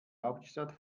hauptstadt